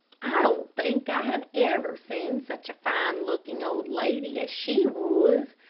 i don't think i have ever seen such a fine-looking old lady as she was.